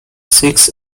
six